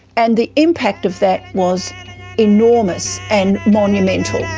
and the impact of that was enormous and monumental. yeah